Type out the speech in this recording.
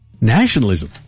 Nationalism